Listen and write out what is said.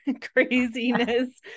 craziness